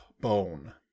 Bone